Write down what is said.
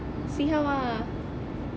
see how ah